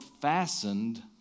fastened